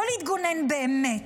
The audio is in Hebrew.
לא להתגונן באמת,